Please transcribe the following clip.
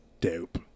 Dope